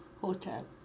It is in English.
hotel